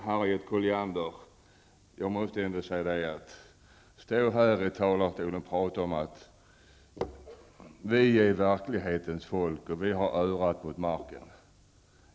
Harriet Colliander står här i talarstolen och säger: Vi är verklighetens folk, och vi har örat mot marken.